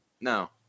no